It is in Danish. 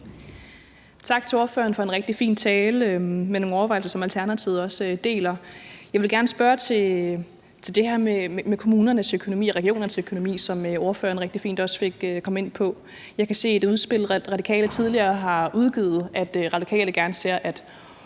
Tak til ordføreren for en rigtig fin tale med nogle overvejelser, som Alternativet også deler. Jeg vil gerne spørge til det her med kommunernes økonomi og regionernes økonomi, som ordføreren også rigtig fint kom ind på. Jeg kan se i et udspil, Radikale tidligere har udgivet, at Radikale gerne ser, at